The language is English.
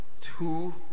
two